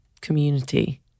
community